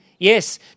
Yes